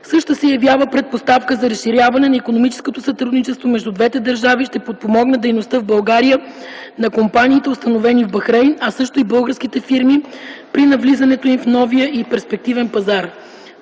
Същата се явява предпоставка за разширяване на икономическото сътрудничество между двете държави и ще подпомогне дейността в България на компаниите, установени в Бахрейн, а също и българските фирми, при навлизането им в новия и перспективен пазар.